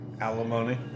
Alimony